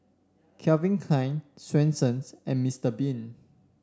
Calvin Klein Swensens and Mister Bean